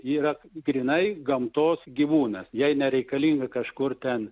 ji yra grynai gamtos gyvūnas jai nereikalinga kažkur ten